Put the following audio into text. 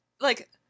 like-